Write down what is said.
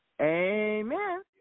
Amen